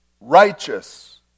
righteous